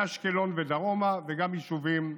מאשקלון ודרומה, וגם יישובים בצפון.